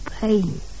pain